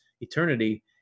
eternity